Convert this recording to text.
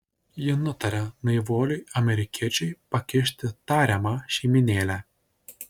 ji nutaria naivuoliui amerikiečiui pakišti tariamą šeimynėlę